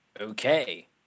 Okay